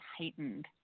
heightened